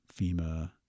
FEMA